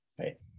Right